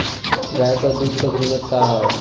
गाय क दूध क कीमत का हैं?